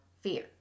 fear